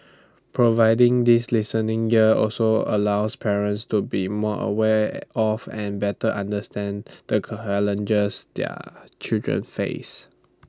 providing this listening ear also allows parents to be more aware of and better understand the challenges their children face